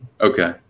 Okay